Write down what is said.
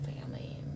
family